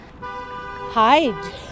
Hide